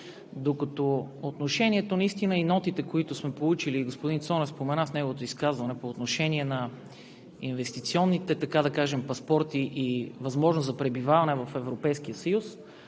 Докато отношението и нотите, които сме получили – господин Цонев спомена в неговото изказване, по инвестиционните паспорти и възможност за пребиваване в Европейския съюз,